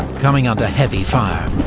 coming under heavy fire,